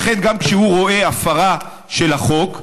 לכן גם כשהוא רואה הפרה של החוק,